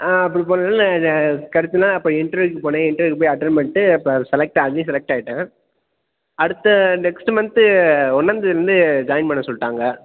அப்படி போனதால் இது கடைசியில் அப்புறம் இன்ட்ர்வியூக்கு போனேன் இன்டர்வியூக்கு போயி அட்டன்ட் பண்ணிட்டு இப்போ செலக்ட் அதுலையும் செலக்ட் ஆயிட்டேன் அடுத்து நெக்ஸ்ட்டு மன்த்து ஒன்றாந்தேதில இருந்து ஜாயின் பண்ண சொல்லிட்டாங்க